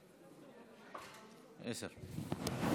מה,